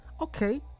okay